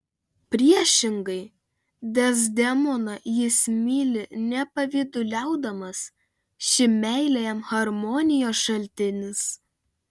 priešingai dezdemoną jis myli nepavyduliaudamas ši meilė jam harmonijos šaltinis